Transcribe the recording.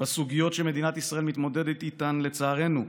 בסוגיות שמדינת ישראל מתמודדת איתן, לצערנו,